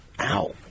Ow